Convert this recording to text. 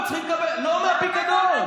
לא מהפיקדון.